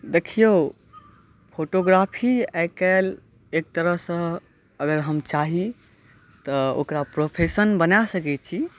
देखियौ फोटोग्राफी आइकाल्हि एक तरहसँ अगर हम चाही तऽ ओकरा प्रोफेशन बना सकै छी